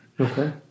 Okay